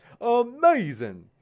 amazing